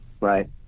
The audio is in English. Right